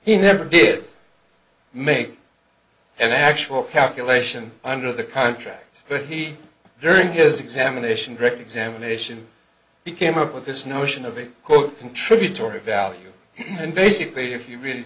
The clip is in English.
he never did make an actual calculation under the contract but he during his examination direct examination he came up with this notion of a contributory value and basically if you